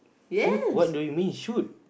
shoot what do you mean shoot